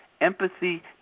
empathy